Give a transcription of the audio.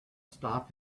stop